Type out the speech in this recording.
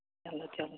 چلو چلو